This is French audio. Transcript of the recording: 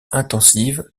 intensive